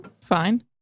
Fine